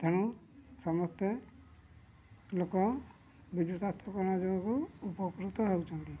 ତେଣୁ ସମସ୍ତେ ଲୋକ ବିଦ୍ୟୁତ ଯୋଗୁଁ ଉପକୃତ ହେଉଛନ୍ତି